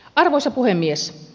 arvoisa puhemies